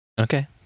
Okay